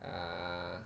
uh